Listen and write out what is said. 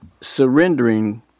surrendering